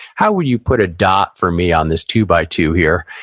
how would you put a dot for me on this two by two here?